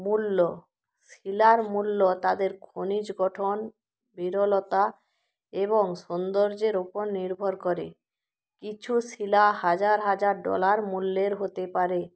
মূল্য সিলার মূল্য তাদের খনিজ গঠন বিরলতা এবং সোন্দর্যের ওপর নির্ভর করে কিছু সিলা হাজার হাজার ডলার মূল্যের হতে পারে